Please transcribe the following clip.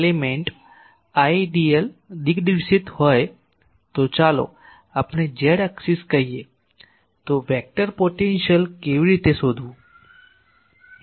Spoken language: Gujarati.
dl દિગ્દર્શિત હોય તો ચાલો આપણે z axis કહીએ તો વેક્ટર પોટેન્શિયલ કેવી રીતે શોધવું